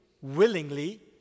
willingly